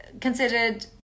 considered